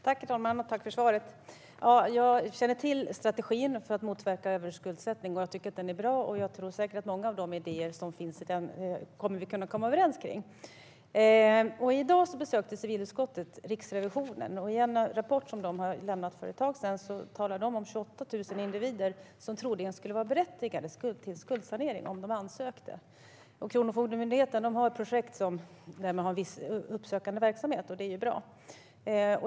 Herr talman! Jag tackar för svaret. Jag känner till strategin för att motverka överskuldsättning. Jag tycker att den är bra, och jag tror säkert att vi kommer att kunna komma överens om många av idéerna där. I dag besökte civilutskottet Riksrevisionen. I en rapport som myndigheten lämnade för ett tag sedan talas om att 28 000 individer troligen skulle vara berättigade till skuldsanering om de ansökte. Kronofogdemyndigheten har ett projekt med viss uppsökande verksamhet, och det är bra.